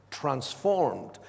transformed